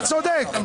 אתה צודק,